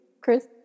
Chris